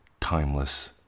timeless